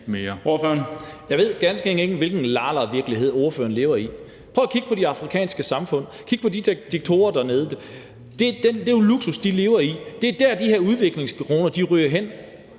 Jeg ved ganske enkelt ikke, hvilken la-la-virkelighed ordføreren lever i. Prøv at kigge på de afrikanske samfund, kig på de der diktatorer dernede og den luksus, de lever i. Det er der, de her udviklingskroner ryger hen.